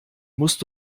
musst